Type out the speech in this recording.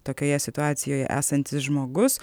tokioje situacijoje esantis žmogus